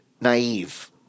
naive